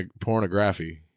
Pornography